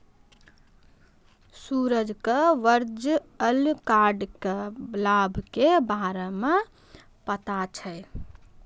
सूरज क virtual card क लाभ के बारे मे पता छै